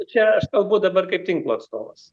čia aš kalbu dabar kaip tinklo atstovas